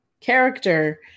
character